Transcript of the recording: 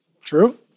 true